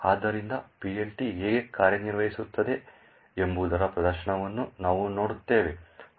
ಆದ್ದರಿಂದ PLT ಹೇಗೆ ಕಾರ್ಯನಿರ್ವಹಿಸುತ್ತದೆ ಎಂಬುದರ ಪ್ರದರ್ಶನವನ್ನು ನಾವು ನೋಡುತ್ತೇವೆ